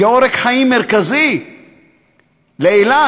כעורק חיים מרכזי לאילת.